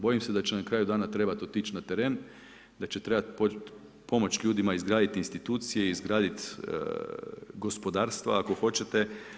Bojim se da će na kraju dana trebati otići na teren, da će trebati pomoći ljudima izgraditi institucije, izgraditi gospodarstva ako hoćete.